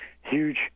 huge